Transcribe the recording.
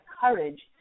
courage